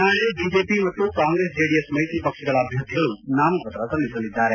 ನಾಳೆ ಬಿಜೆಪಿ ಮತ್ತು ಕಾಂಗ್ರೆಸ್ ಜೆಡಿಎಸ್ ಮೈತ್ರಿ ಪಕ್ಷಗಳ ಅಭ್ಯರ್ಥಿಗಳು ನಾಮಪತ್ರ ಸಲ್ಲಿಸಲಿದ್ದಾರೆ